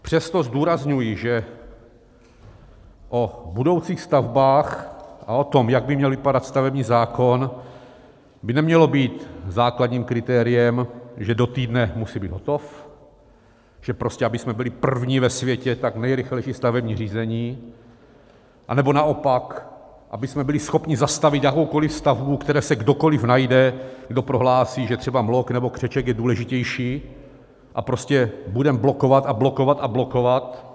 Přesto zdůrazňuji, že o budoucích stavbách a o tom, jak by měl vypadat stavební zákon, by nemělo být základním kritériem, že do týdne musí být hotov, že prostě abychom byli první ve světě, tak nejrychleji ta stavební řízení, nebo naopak abychom byli schopni zastavit jakoukoli stavbu, ve které se kdokoli najde, kdo prohlásí, že třeba mlok nebo křeček je důležitější, a prostě budeme blokovat a blokovat a blokovat.